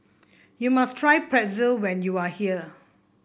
you must try Pretzel when you are here